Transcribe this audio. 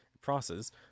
process